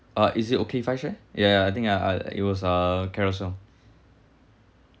uh is it okay if I share ya ya I think I uh it was a Carousell